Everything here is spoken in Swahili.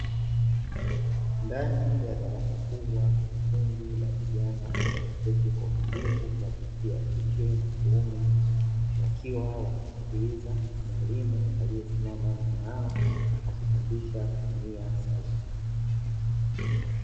Ndani ya darasa kubwa kundi la vijana wa kesi kwa utulivu wa jinsia ya kike na kiume wakiwa wanasikiza mwalimu aliyesimama nao akifundisha kutumia sauti.